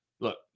look